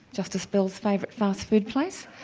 justice bell's favourite fast food place.